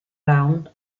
round